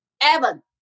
Evan